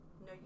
No